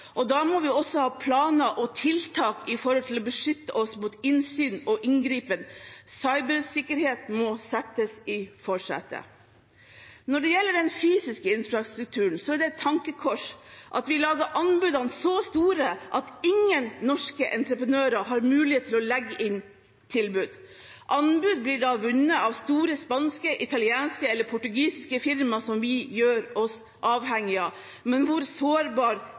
digital. Da må vi også ha planer og tiltak for å beskytte oss mot innsyn og inngripen. Cybersikkerhet må settes i forsetet. Når det gjelder den fysiske infrastrukturen, er det et tankekors at vi lager anbudene så store at ingen norske entreprenører har mulighet til å legge inn tilbud. Anbud blir da vunnet av store spanske, italienske eller portugisiske firma som vi gjør oss avhengig av. Men hvor